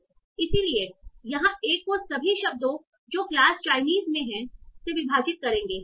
संदर्भ समय 0341 इसलिए यहां 1 को सभी शब्दों जो क्लास चाइनीस में हैं से विभाजित करेंगे